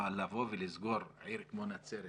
אבל לבוא ולסגור עיר כמו נצרת,